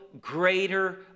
greater